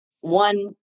one